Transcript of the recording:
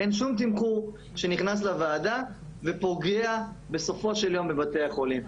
זה שאין שום תמחור שנכנס לוועדה ופוגע בסופו של יום בבתי החולים.